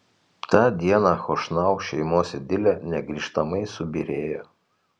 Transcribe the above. tą dieną chošnau šeimos idilė negrįžtamai subyrėjo